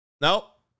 Nope